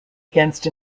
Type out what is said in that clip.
against